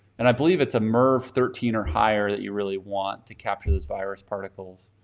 and i believe it's a merv thirteen or higher that you really want to capture those virus particles,